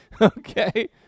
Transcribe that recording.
okay